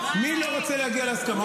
מי לא רוצה להגיע להסכמות?